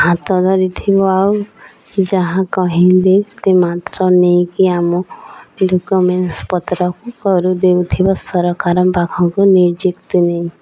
ହାତ ଧରିଥିବ ଆଉ ଯାହା କହିଲେ ସେ ମାତ୍ର ନେଇକି ଆମ ଡକୁମେଣ୍ଟସ ପତ୍ରକୁ କରିୁ ଦେଉଥିବ ସରକାରଙ୍କ ପାଖକୁ ନିଯୁକ୍ତି ନେଇ